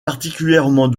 particulièrement